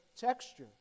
texture